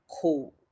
cool